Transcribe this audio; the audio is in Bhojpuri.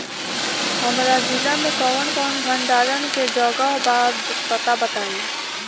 हमरा जिला मे कवन कवन भंडारन के जगहबा पता बताईं?